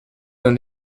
d’un